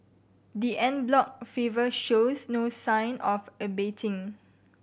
the en bloc fervour shows no sign of abating